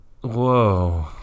Whoa